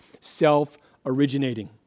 self-originating